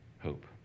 hope